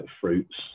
fruits